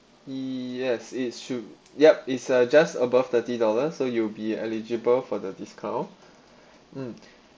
yes it should yup it's (u) just above thirty dollars so you'll be eligible for the discount mm